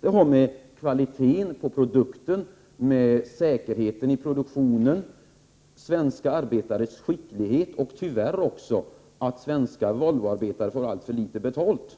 Det har att göra med kvaliteten på produkten, säkerheten i produktionen, svenska arbetares skicklighet och tyvärr också att svenska Volvoarbetare får alltför litet betalt.